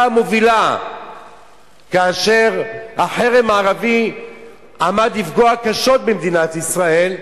המובילה כאשר החרם הערבי עמד לפגוע קשות במדינת ישראל,